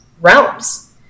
realms